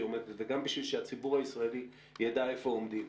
עומדת וגם בשביל שהציבור יידע איפה עומדים,